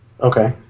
Okay